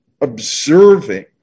observing